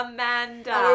Amanda